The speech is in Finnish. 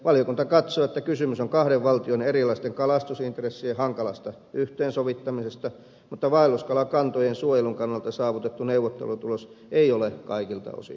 valiokunta katsoo että kysymys on kahden valtion erilaisten kalastusintressien hankalasta yhteensovittamisesta mutta vaelluskalakantojen suojelun kannalta saavutettu neuvottelutulos ei ole kaikilta osin riittävä